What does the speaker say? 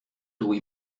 taux